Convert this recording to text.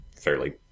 fairly